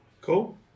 Cool